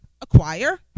acquire